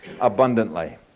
abundantly